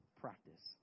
practice